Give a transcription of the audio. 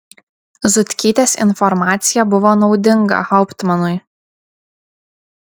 zutkytės informacija buvo naudinga hauptmanui